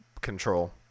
control